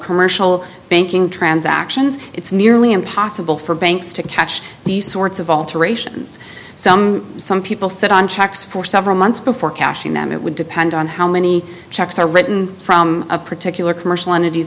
commercial banking transactions it's nearly impossible for banks to catch these sorts of alterations some some people sit on checks for several months before cashing them it would depend on how many checks are written from a particular commercial entities